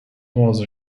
was